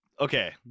Okay